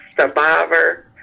survivor